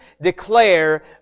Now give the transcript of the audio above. declare